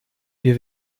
wir